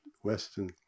Western